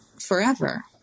forever